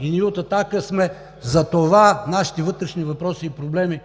и ние от „Атака“ сме за това нашите вътрешни въпроси и проблеми